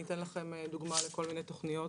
אתן לכם דוגמה לכל מיני תוכניות.